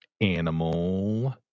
Animal